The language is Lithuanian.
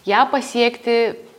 ją pasiekti